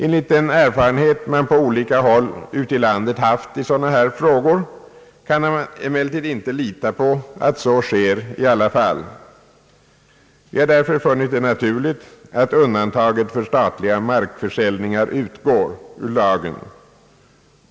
Enligt den erfarenhet man på olika håll ute i landet haft i sådana frågor kan man emellertid inte lita på att så sker i alla fall. Vi har därför funnit det naturligt att undantaget för statliga markförsäljningar utgår ur lagen.